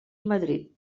madrid